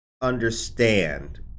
understand